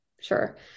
Sure